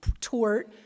tort